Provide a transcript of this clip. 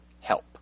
help